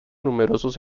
numerosos